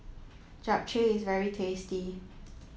Japchae is very tasty